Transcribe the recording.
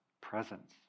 presence